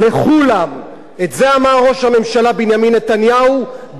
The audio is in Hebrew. את זה אמר ראש הממשלה בנימין נתניהו בנאומו בקונגרס,